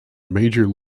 major